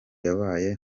yabaye